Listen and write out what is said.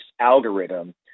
algorithm